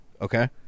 Okay